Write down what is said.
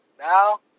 Now